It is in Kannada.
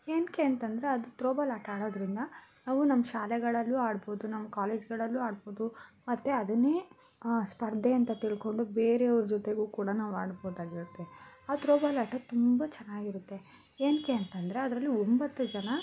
ಏನಕ್ಕೆ ಅಂತಂದರೆ ಅದು ತ್ರೋಬಾಲ್ ಆಟ ಆಡೋದರಿಂದ ನಾವು ನಮ್ಮ ಶಾಲೆಗಳಲ್ಲೂ ಆಡ್ಬೋದು ನಮ್ಮ ಕಾಲೇಜ್ಗಳಲ್ಲೂ ಆಡ್ಬೋದು ಮತ್ತು ಅದನ್ನೇ ಸ್ಪರ್ಧೆ ಅಂತ ತಿಳ್ಕೊಂಡು ಬೇರೆಯವ್ರ ಜೊತೆಗೂ ಕೂಡ ನಾವು ಆಡ್ಬೋದಾಗಿರುತ್ತೆ ಆ ತ್ರೋಬಾಲ್ ಆಟ ತುಂಬ ಚೆನ್ನಾಗಿರುತ್ತೆ ಏನಕ್ಕೆ ಅಂತಂದರೆ ಅದರಲ್ಲಿ ಒಂಬತ್ತು ಜನ